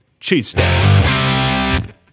cheesesteak